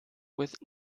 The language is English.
with